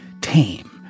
tame